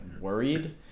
worried